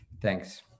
Thanks